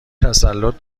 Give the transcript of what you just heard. تسلط